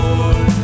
Lord